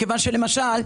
למשל,